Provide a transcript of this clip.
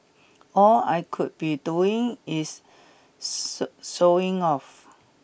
all I could be doing is showing off